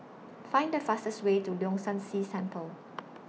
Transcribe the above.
Find The fastest Way to Leong San See Temple